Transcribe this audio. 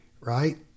right